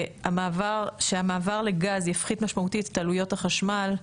המעבר לגז יפחית משמעותית את עלויות החשמל.